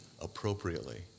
appropriately